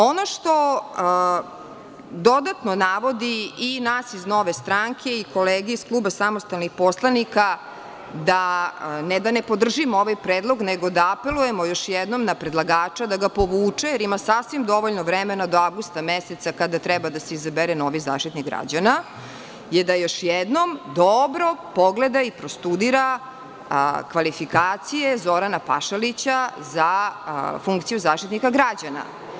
Ono što dodatno navodi i nas iz Nove stranke, i kolege iz kluba samostalnih poslanika da ne da ne podržimo ovaj predlog, nego da apelujemo još jednom na predlagača da ga povuče, jer ima sasvim dovoljno vremena do avgusta meseca kada treba da se izabere novi Zaštitnik građana, je da još jednom dobro pogleda i prostudira kvalifikacije Zorana Pašalića za funkciju Zaštitnika građana.